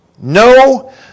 No